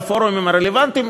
בפורומים הרלוונטיים,